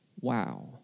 Wow